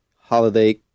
holiday